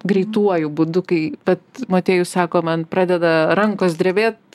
greituoju būdu kai vat motiejus sako man pradeda rankos drebėt